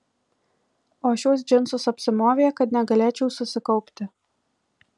o šiuos džinsus apsimovė kad negalėčiau susikaupti